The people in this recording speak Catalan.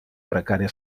precària